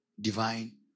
divine